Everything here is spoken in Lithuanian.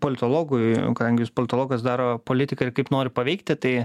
politologui kadangi jūs politologas daro politikai ir kaip nori paveikti tai